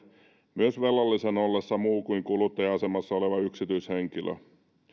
myös velallisen ollessa muu kuin kuluttaja asemassa oleva yksityishenkilö